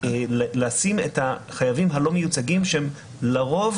לשים את החייבים הלא מיוצגים שהם לרוב